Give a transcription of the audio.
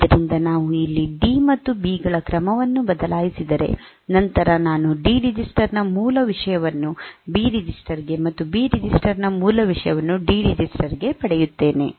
ಆದ್ದರಿಂದ ನಾವು ಇಲ್ಲಿ ಡಿ ಮತ್ತು ಬಿ ಗಳ ಕ್ರಮವನ್ನು ಬದಲಾಯಿಸಿದರೆ ನಂತರ ನಾನು ಡಿ ರಿಜಿಸ್ಟರ್ ನ ಮೂಲ ವಿಷಯವನ್ನು ಬಿ ರಿಜಿಸ್ಟರ್ ಗೆ ಮತ್ತು ಬಿ ರಿಜಿಸ್ಟರ್ ನ ಮೂಲ ವಿಷಯವನ್ನು ಡಿ ರಿಜಿಸ್ಟರ್ ಗೆ ಪಡೆಯುತ್ತೇನೆ